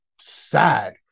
sad